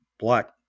black